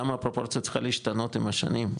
למה הפרופורציות צריכות להשתנות עם השנים?